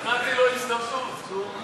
נתתי לו הזדמנות, נו.